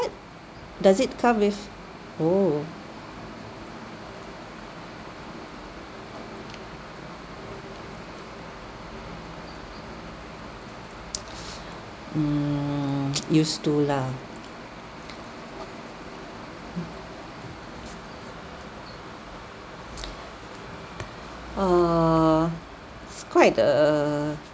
does it come with oh mm uh used to lah err is quite err